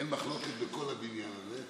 אין מחלוקת בכל הבניין הזה